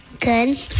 Good